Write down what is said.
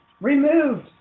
removed